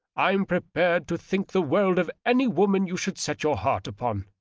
i'm prepared to think the world of any woman you should set your heart upon.